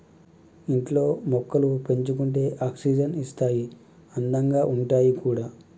ఇంట్లో మొక్కలు పెంచుకుంటే ఆక్సిజన్ ఇస్తాయి అందంగా ఉంటాయి కూడా